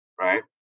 right